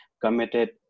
committed